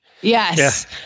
Yes